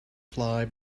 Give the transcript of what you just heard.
fly